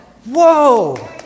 Whoa